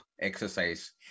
exercise